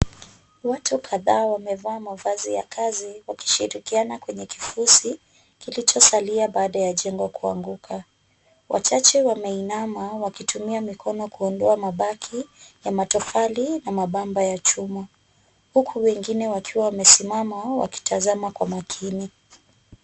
Watu kadhaa wamevaa mavazi ya kazi wakishirikiana kwenye kifusi kilicho salia baada ya jengo kuanguka, wachache wameinama wakitumia mikono kuondoa mabaki ya matofali na mabambo ya chuma, huku wengine wakiwa wamesimama wakitazama kwa makini.